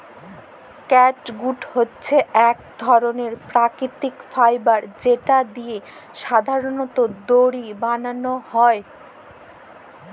catgut হছে ইক ধরলের পাকিতিক ফাইবার যেট দিঁয়ে সাধারলত দড়ি বালাল হ্যয়